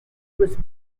was